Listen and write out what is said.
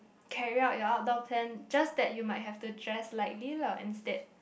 carry out your outdoor plan just that you might have to dress lightly lah and instead